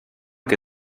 che